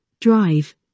Drive